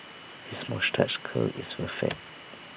his moustache curl is perfect